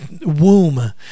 womb